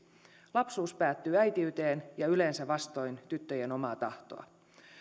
lapsuus päättyy äitiyteen ja yleensä vastoin tyttöjen omaa tahtoa